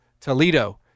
Toledo